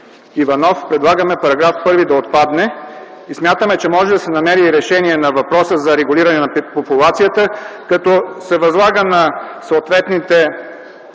Иванов предлагаме § 1 да отпадне. Смятаме, че може да се намери решение на въпроса за регулиране на популацията като се възлага на съответните